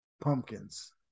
pumpkins